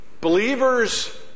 believers